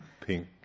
pink